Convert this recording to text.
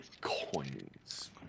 coins